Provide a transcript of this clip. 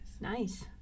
Nice